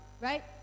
right